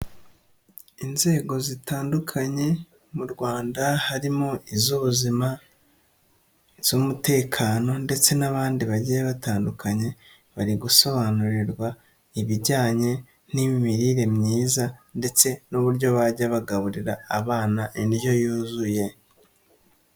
Inzego zitandukanye mu Rwanda harimo iz'ubuzima, iz'umutekano ndetse n'abandi bagiye batandukanye bari gusobanurirwa ibijyanye n'imirire myiza ndetse n'uburyo bajya bagaburira abana indyo yuzuye.